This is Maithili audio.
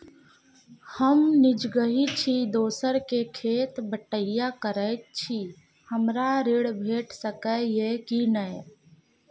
हम निजगही छी, दोसर के खेत बटईया करैत छी, हमरा ऋण भेट सकै ये कि नय?